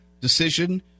decision